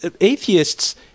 atheists